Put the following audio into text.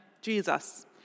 Jesus